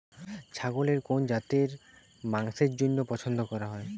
ছাগলের কোন জাতের মাংসের জন্য পছন্দ করা হয়?